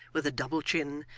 with a double chin,